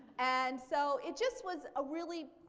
and so it just was a really